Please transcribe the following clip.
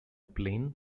plain